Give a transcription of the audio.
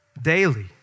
Daily